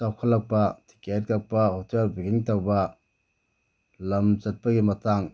ꯆꯥꯎꯈꯠꯂꯛꯄ ꯇꯤꯀꯦꯠ ꯀꯛꯄ hotel booking ꯇꯧꯕ ꯂꯝ ꯆꯠꯄꯒꯤ ꯃꯇꯥꯡ